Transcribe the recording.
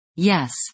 Yes